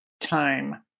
time